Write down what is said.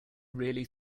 really